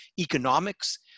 economics